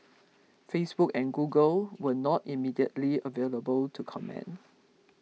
Facebook and Google were not immediately available to comment